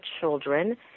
children